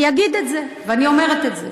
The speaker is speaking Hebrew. אני אגיד את זה, ואני אומרת את זה.